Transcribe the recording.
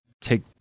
take